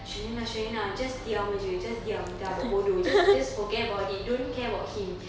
shareena shareena just diam aje just diam dah buat bodoh just just forget about it don't care about him